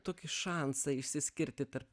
tokį šansą išsiskirti tarp